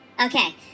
Okay